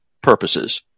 purposes